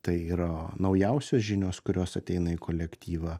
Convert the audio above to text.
tai yra naujausios žinios kurios ateina į kolektyvą